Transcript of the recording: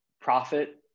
profit